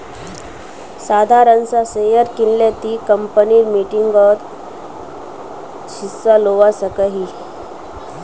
साधारण सा शेयर किनले ती कंपनीर मीटिंगसोत हिस्सा लुआ सकोही